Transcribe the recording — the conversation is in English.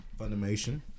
Funimation